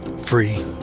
free